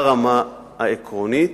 ברמה העקרונית.